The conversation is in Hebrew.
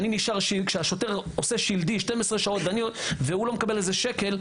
כששוטר עושה שלדי 12 שעות ולא מקבל על זה שקל,